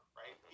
right